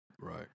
Right